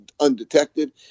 undetected